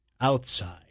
outside